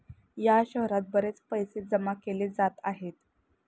या शहरात बरेच पैसे जमा केले जात आहे